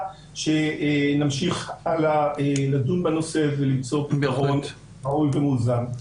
ושנמשיך לדון בנושא ולמצוא פתרון ראוי ומאוזן.